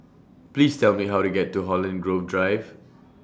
Please Tell Me How to get to Holland Grove Drive